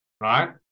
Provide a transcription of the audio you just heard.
Right